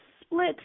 split